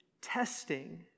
testing